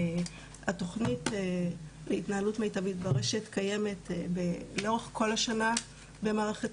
התכנית להתנהלות מיטבית ברשת קיימת לאורך כל השנה במערכת